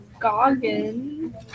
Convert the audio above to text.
Goggin